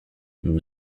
nous